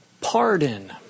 pardon